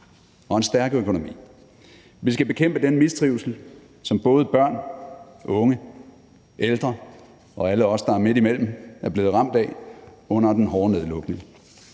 og en stærk økonomi. Vi skal bekæmpe den mistrivsel, som både børn, unge, ældre og alle os, der er midt imellem, er blevet ramt af under den hårde nedlukning.